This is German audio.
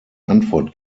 antwort